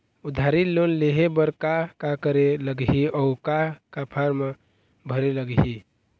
उधारी लोन लेहे बर का का करे लगही अऊ का का फार्म भरे लगही?